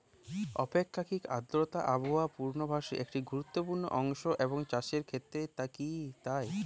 আপেক্ষিক আর্দ্রতা আবহাওয়া পূর্বভাসে একটি গুরুত্বপূর্ণ অংশ এবং চাষের ক্ষেত্রেও কি তাই?